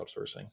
outsourcing